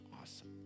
Awesome